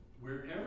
wherever